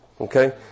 Okay